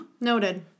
Noted